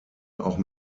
auch